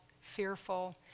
fearful